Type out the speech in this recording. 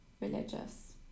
religious